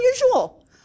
unusual